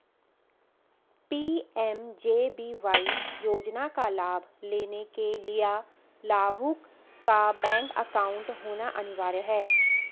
PMJBY योजना का लाभ लेने के लिया लाभुक का बैंक अकाउंट होना अनिवार्य है